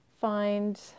find